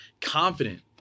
confident